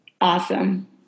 Awesome